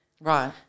right